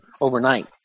overnight